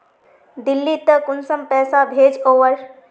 दिल्ली त कुंसम पैसा भेज ओवर?